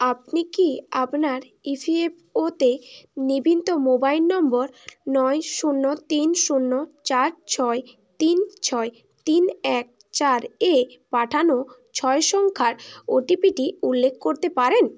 আপনি কি আপনার ইপিএফওতে নিবন্ধিত মোবাইল নম্বর নয় শূন্য তিন শূন্য চার ছয় তিন ছয় তিন এক চার এ পাঠানো ছয় সংখ্যার ওটিপিটি উল্লেখ করতে পারেন